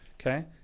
Okay